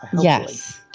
yes